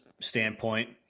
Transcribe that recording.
standpoint